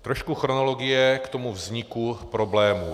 Trošku chronologie k tomu vzniku problému.